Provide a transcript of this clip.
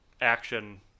action